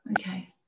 okay